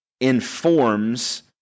informs